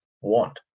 want